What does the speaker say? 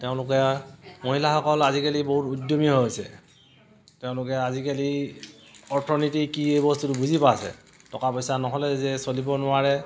তেওঁলোকে মহিলাসকল আজিকালি বহুত উদ্যমীও হৈছে তেওঁলোকে আজিকালি অৰ্থনীতি কি এই বস্তুটো বুজি পোৱা হৈছে টকা পইচা নহ'লে যে চলিব নোৱাৰে